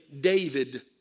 David